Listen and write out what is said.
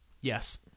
yes